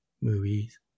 movies